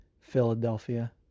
philadelphia